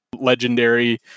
legendary